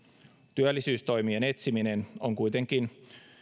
työllisyystoimien etsiminen on kuitenkin